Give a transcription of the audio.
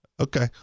Okay